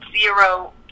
zero